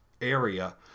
area